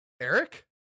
Eric